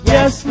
Yes